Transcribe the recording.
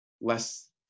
less